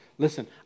Listen